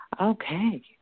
Okay